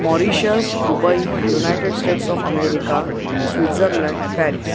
Mauritius Dubai United States of America Switzerland Paris